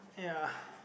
ya